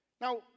Now